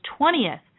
20th